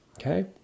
okay